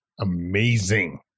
Amazing